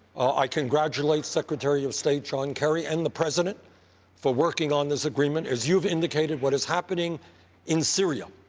i congratulate secretary of state john kerry and the president for working on this agreement. as you've indicated, what is happening in syria,